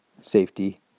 safety